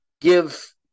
give